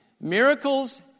Miracles